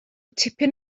tipyn